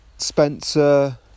Spencer